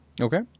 Okay